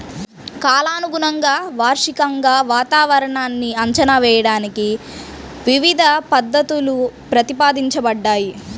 కాలానుగుణంగా, వార్షికంగా వాతావరణాన్ని అంచనా వేయడానికి వివిధ పద్ధతులు ప్రతిపాదించబడ్డాయి